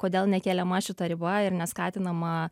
kodėl nekeliama šita riba ir neskatinama